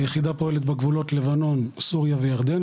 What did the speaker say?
היחידה פועלת בגבולות לבנון, סוריה וירדן.